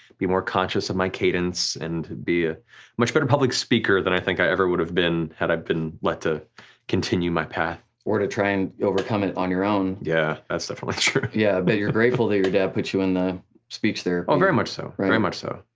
be more conscious of my cadence, and be a much better public speaker than i think i ever would've been had i been left to continue my path. or to try and overcome it on your own. yeah, that's for like sure. yeah, but you're grateful that your dad put you in the speech therapy. oh very much so, very much so.